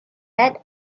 had